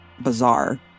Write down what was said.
bizarre